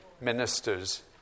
ministers